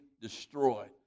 destroyed